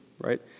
right